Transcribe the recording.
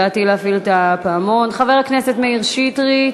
חבר הכנסת מאיר שטרית,